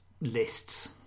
lists